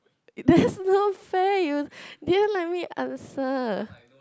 that's not fair you didn't let me answer